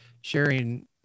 sharing